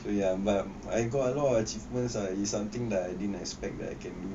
so ya but I got a lot of achievements ah is something that I didn't expect that I can do